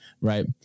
right